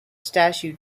statue